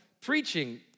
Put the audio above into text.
preaching